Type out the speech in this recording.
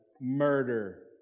Murder